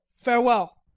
farewell